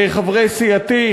חברי סיעתי,